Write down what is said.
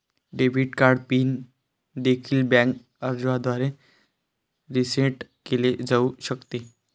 debit card PIN देखील बँक अर्जाद्वारे रीसेट केले जाऊ शकते